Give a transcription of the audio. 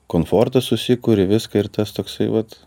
komfortą susikuri viską ir tas toksai vat